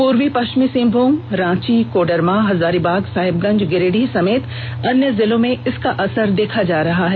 पूर्वी पष्चिमी सिंहभूम रांची कोडरमा हजारीबाग साहिबगंज गिरिडीह समेत अन्य जिलों में इसका असर देखा जा रहा है